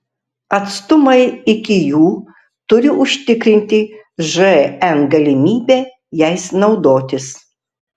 atstumai iki jų turi užtikrinti žn galimybę jais naudotis